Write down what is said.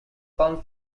palm